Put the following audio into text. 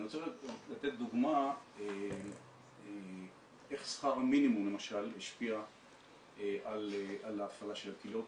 אני רוצה לתת דוגמה איך שכר המינימום למשל השפיע על ההפעלה של הקהילות,